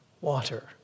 water